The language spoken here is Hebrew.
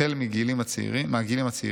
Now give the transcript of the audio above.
החל מהגילים הצעירים,